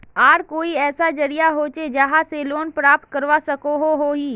आर कोई ऐसा जरिया होचे जहा से लोन प्राप्त करवा सकोहो ही?